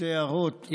שתי הערות.